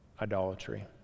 idolatry